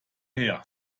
her